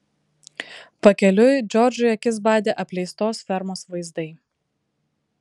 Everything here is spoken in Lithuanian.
pakeliui džordžui akis badė apleistos fermos vaizdai